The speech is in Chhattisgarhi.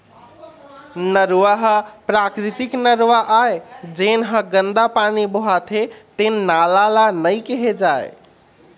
नरूवा ह प्राकृतिक नरूवा आय, जेन ह गंदा पानी बोहाथे तेन नाला ल नइ केहे जाए